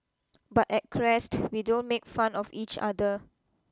but at Crest we don't make fun of each other